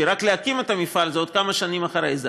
כי רק להקים את המפעל זה עוד כמה שנים אחרי זה,